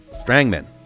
Strangman